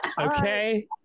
Okay